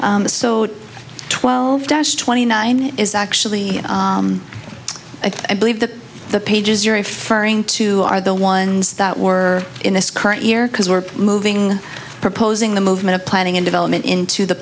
the so twelve twenty nine is actually i believe that the pages you're referring to are the ones that were in this current year because we're moving proposing the movement of planning and development into the